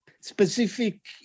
specific